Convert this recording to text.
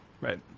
Right